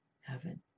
heaven